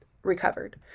recovered